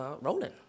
rolling